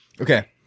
Okay